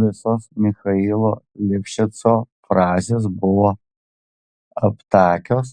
visos michailo livšico frazės buvo aptakios